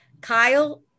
Kyle